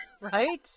Right